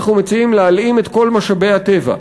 אנחנו מציעים להלאים את כל משאבי הטבע,